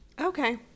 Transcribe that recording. Okay